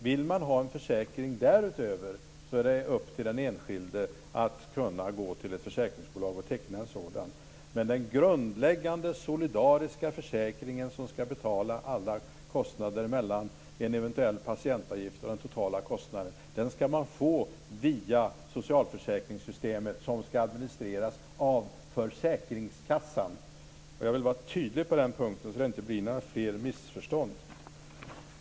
Vill man därutöver ha en försäkring är det upp till den enskilde att kunna gå till ett försäkringsbolag och teckna en sådan. Men den grundläggande solidariska försäkringen som skall betala alla kostnader mellan en eventuell patientavgift och den totala kostnaden skall man få via socialförsäkringssystemet, och den skall administreras av försäkringskassan. Jag vill vara tydlig på den punkten så att det inte blir några fler missförstånd.